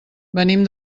venim